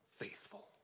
faithful